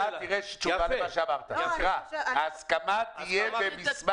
תקרא את השורה הבאה ותראה תשובה למה שאמרת: ההסכמה תהיה במסמך,